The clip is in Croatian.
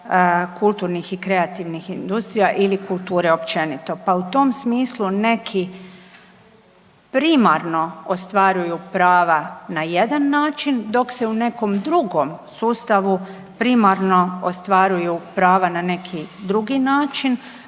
kulturnih i kreativnih industrija ili kulture općenito, pa u tom smislu neki primarno ostvaruju prava na jedan način dok se u nekom drugom sustavu primarno ostvaruju prava na neki drugi način.